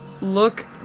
look